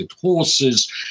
horses